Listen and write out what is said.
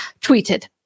tweeted